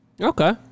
Okay